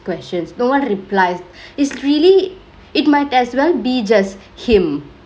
questions no one replies it's reallt it might as well be just him